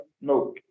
no